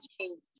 change